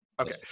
okay